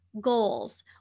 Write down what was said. Goals